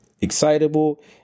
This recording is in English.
excitable